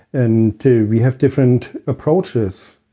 and two, we have different approaches,